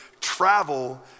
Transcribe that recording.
travel